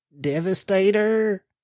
Devastator